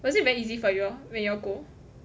was it very easy for you all when you all go